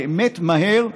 באמת מהר.